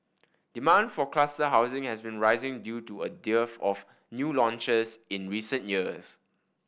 demand for cluster housing has been rising due to a dearth of new launches in recent years